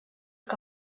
que